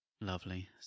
Lovely